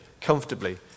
comfortably